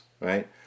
right